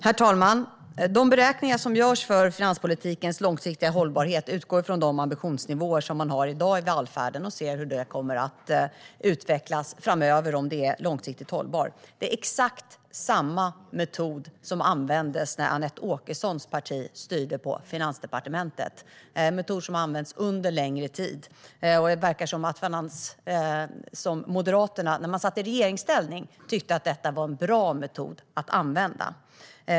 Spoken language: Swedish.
Herr talman! De beräkningar som görs för finanspolitikens långsiktiga hållbarhet utgår ifrån de ambitionsnivåer man har i välfärden i dag. Det räknas på hur det kommer att utvecklas framöver och om det är långsiktigt hållbart. Det är exakt samma metod som användes när Anette Åkessons parti styrde på Finansdepartementet. Det är en metod som har använts under en längre tid, och det verkar som att Moderaterna när man satt i regeringsställning tyckte att det var en bra metod att använda.